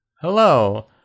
Hello